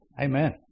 Amen